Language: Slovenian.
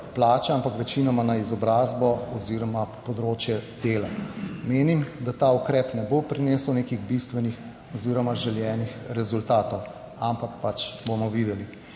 ampak večinoma na izobrazbo oziroma področje dela. Menim, da ta ukrep ne bo prinesel nekih bistvenih oziroma želenih rezultatov, ampak pač bomo videli.